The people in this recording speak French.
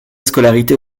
scolarité